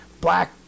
black